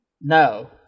no